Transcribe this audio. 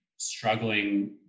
struggling